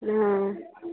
हँ